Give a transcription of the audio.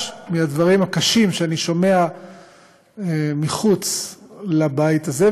מהדברים הקשים שאני שומע מחוץ לבית הזה,